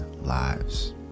lives